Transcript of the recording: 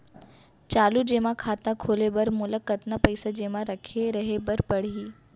चालू जेमा खाता खोले बर मोला कतना पइसा जेमा रखे रहे बर पड़ही?